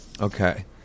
Okay